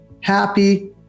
happy